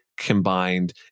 combined